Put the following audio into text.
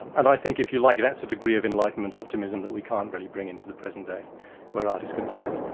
and i think if you like, that's a degree of enlightenment optimism that we can't really bring into the present day where art is concerned.